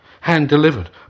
hand-delivered